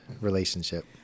Relationship